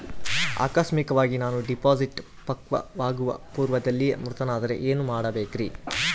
ಆಕಸ್ಮಿಕವಾಗಿ ನಾನು ಡಿಪಾಸಿಟ್ ಪಕ್ವವಾಗುವ ಪೂರ್ವದಲ್ಲಿಯೇ ಮೃತನಾದರೆ ಏನು ಮಾಡಬೇಕ್ರಿ?